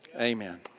Amen